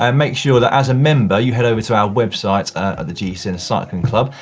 um make sure that as a member you head over to our website ah the gcn cycling club,